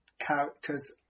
Characters